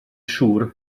siŵr